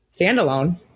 standalone